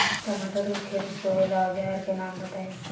टमाटर के खेत सोहेला औजर के नाम बताई?